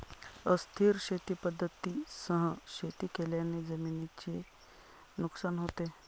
अस्थिर शेती पद्धतींसह शेती केल्याने जमिनीचे नुकसान होते